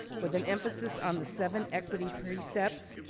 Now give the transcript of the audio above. with an emphasis on the seven equity precepts,